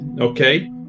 Okay